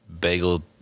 bagel